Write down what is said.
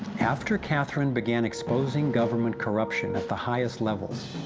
after catherine began exposing government corruption at the highest levels,